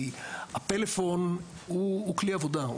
כי הפלאפון הוא כלי עבודה,